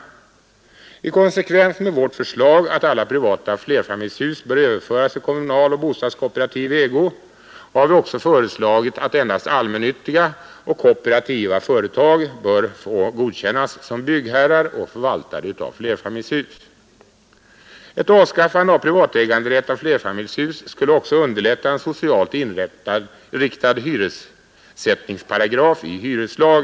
I konsekvens med vårt förslag att alla privata flerfamiljshus bör överföras i kommunal och bostadskooperativ ägo har vi också föreslagit att endast allmännyttiga och kooperativa företag skall godkännas som byggherrar och förvaltare av flerfamiljshus. Ett avskaffande av privatäganderätt av flerfamiljshus skulle också underlätta en socialt inriktad hyressättningsparagraf i hyreslagen.